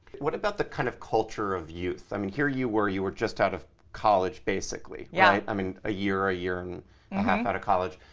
what about the kind of culture of youth? i mean here you were, you were just out of college basically. right? yeah i mean a year, a year and a half out of college.